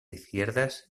izquierdas